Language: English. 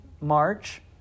March